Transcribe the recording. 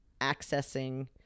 accessing